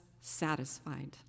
satisfied